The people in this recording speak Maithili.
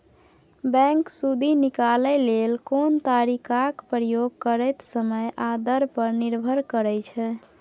बैंक सुदि निकालय लेल कोन तरीकाक प्रयोग करतै समय आ दर पर निर्भर करै छै